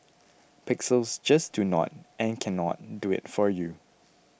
pixels just do not and cannot do it for you